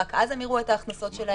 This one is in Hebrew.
רק אז הם יראו את ההכנסות שלהם.